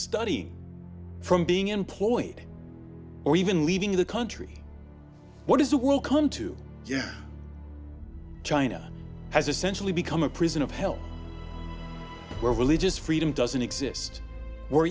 study from being employed or even leaving the country what is the world come to china has essentially become a prison of hell where religious freedom doesn't exist or